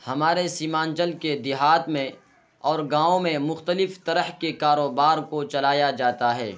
ہمارے سیمانچل کے دیہات میں اور گاؤں میں مختلف طرح کے کاروبار کو چلایا جاتا ہے